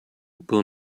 will